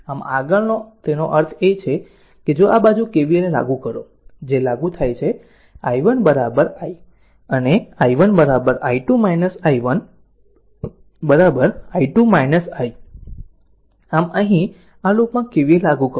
આમ આગળ તેનો અર્થ એ છે કે જો આ જુઓ KVL ને પહેલા લાગુ કરો જે લાગુ થાય છે તે i1 i અને i1 i2 i1 i2 i છે આમ અહીં આ લૂપમાં KVL લાગુ કરો